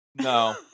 No